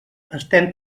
estem